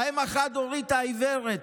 האם החד-הורית העיוורת.